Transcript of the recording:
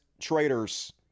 traitors